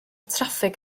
traffig